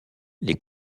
les